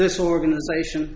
disorganization